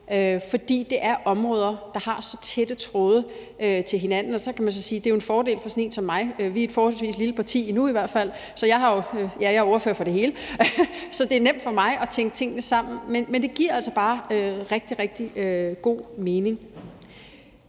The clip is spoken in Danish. For det er nogle områder, der er så tæt forbundet med hinanden, og så kan man jo sige, at det er en fordel for sådan en som mig. For vi er et forholdsvis lille parti, i hvert fald endnu, så jeg er ordfører for det hele, så det er nemt for mig at tænke tingene sammen. Men det giver altså også bare rigtig, rigtig god mening